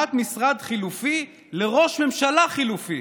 הקמת משרד חלופי לראש ממשלה חלופי.